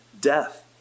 death